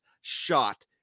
shot